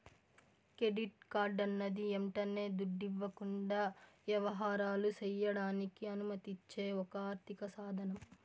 credit కార్డన్నది యంటనే దుడ్డివ్వకుండా యవహారాలు సెయ్యడానికి అనుమతిచ్చే ఒక ఆర్థిక సాదనం